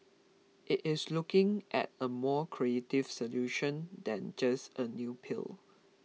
it is looking at a more creative solution than just a new pill